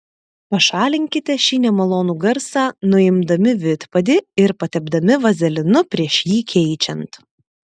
pašalinkite šį nemalonų garsą nuimdami vidpadį ir patepdami vazelinu prieš jį keičiant